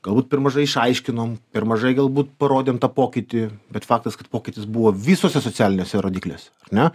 galbūt per mažai išaiškinom per mažai galbūt parodėm tą pokytį bet faktas kad pokytis buvo visuose socialiniuose rodikliuose ar ne